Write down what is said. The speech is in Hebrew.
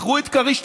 מכרו את כריש-תנין,